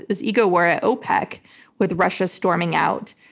this ego where ah opec with russia storming out,